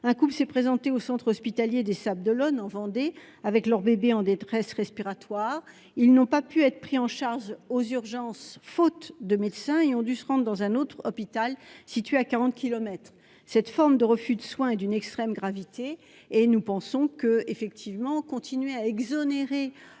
Un couple s'est présenté au centre hospitalier des Sables-d'Olonne, en Vendée, avec un bébé en détresse respiratoire. Ils n'ont pas pu être pris en charge aux urgences faute de médecins et ont dû se rendre dans un autre hôpital, situé à quarante kilomètres. Cette forme de refus de soins est d'une extrême gravité. Poursuivre les exonérations